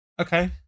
Okay